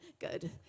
good